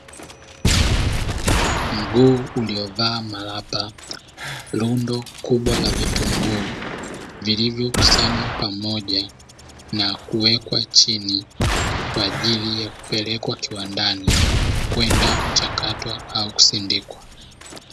Mguu uliovaa malapa, rundo kubwa la vitunguu, vilivyokusanywa pamoja na kuwekwa chini, kwa ajili ya kupelekwa kiwandani, kwenda kuchakatwa au kusindikwa.